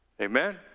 Amen